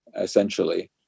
essentially